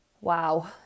wow